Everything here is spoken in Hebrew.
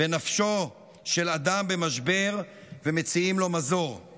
בנפשו של אדם במשבר ומציעים לו מזור;